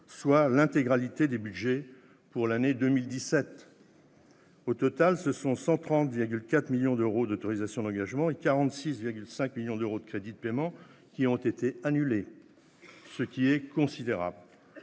soit l'intégralité des budgets pour l'année 2017 ! Au total, ce sont 130,4 millions d'euros d'autorisations d'engagement et 46,5 millions d'euros de crédits de paiement qui ont été annulés, ce qui est considérable.